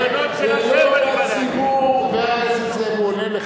על הבנות שלכם אני בא להגן.